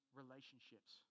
relationships